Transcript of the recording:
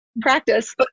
practice